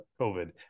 COVID